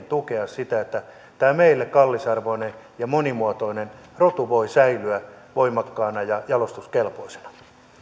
tukea sitä että tämä meille kallisarvoinen ja monimuotoinen rotu voi säilyä voimakkaana ja jalostuskelpoisena